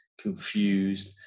confused